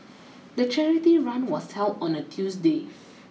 the charity run was held on a Tuesday